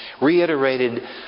reiterated